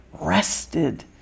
rested